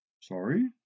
Sorry